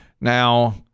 now